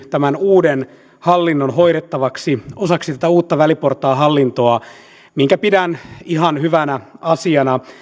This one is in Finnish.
tämän uuden hallinnon hoidettavaksi osaksi tätä uutta väliportaan hallintoa mitä pidän ihan hyvänä asiana